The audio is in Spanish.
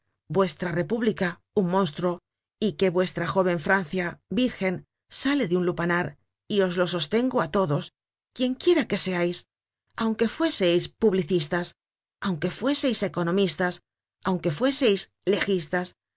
vuestra república un monstruo y que vuestra jóven francia virgen sale de un lupanar y os lo sostengo á todos quien quiera que seais aunque fueseis publicistas aunque fuéseis economistas aunque fuéseis legistas